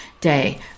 day